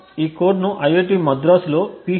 ఈ కోడ్ను ఐఐటి మద్రాసులో పిహెచ్